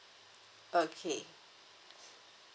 okay